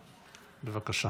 בליאק?